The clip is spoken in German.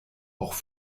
auch